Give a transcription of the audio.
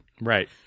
Right